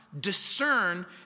Discern